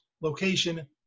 location